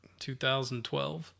2012